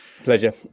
Pleasure